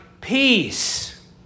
peace